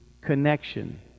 connection